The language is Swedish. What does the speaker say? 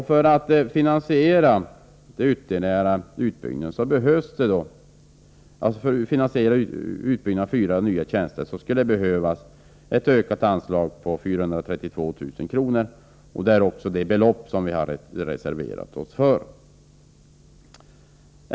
För att finansiera en utbyggnad av konsulentverksamheten med ytterligare fyra tjänster krävs att det av regeringen föreslagna anslaget ökas med 432 000 kr., vilket belopp vi har reserverat oss för.